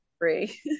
free